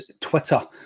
Twitter